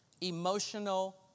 emotional